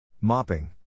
Mopping